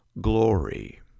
glory